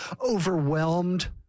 overwhelmed